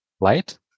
light